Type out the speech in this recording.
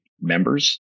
members